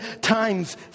times